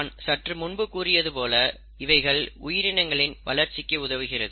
நான் சற்று முன்பு கூறியது போல இவைகள் உயிரினங்களின் வளர்ச்சிக்கு உதவுகிறது